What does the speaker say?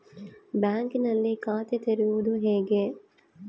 ಬ್ಯಾಂಕಿನಲ್ಲಿ ಖಾತೆ ತೆರೆಯುವುದು ಹೇಗೆ?